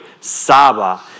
Saba